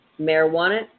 marijuana